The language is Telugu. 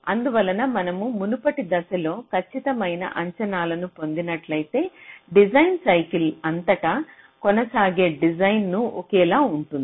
అందువలన మనము మునుపటి దశలలో ఖచ్చితమైన అంచనాలను పొందినట్లయితే డిజైన్ సైకిల్ అంతటా కొనసాగే డిజైన్ను ఒకేలా ఉంటుంది